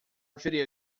video